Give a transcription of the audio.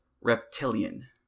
Reptilian